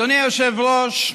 אדוני היושב-ראש,